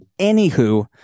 Anywho